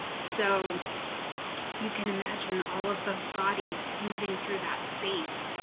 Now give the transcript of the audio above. so you can imagine all of those bodies moving through that space.